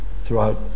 throughout